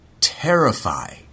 terrify